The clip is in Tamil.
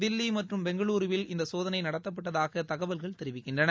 தில்லி மற்றும் பெங்களூருவில் இந்த சோதனை நடத்தப்பட்டதாக தகவல்கள் தெரிவிக்கின்றன